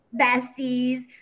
besties